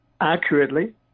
accurately